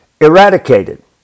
eradicated